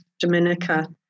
Dominica